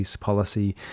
policy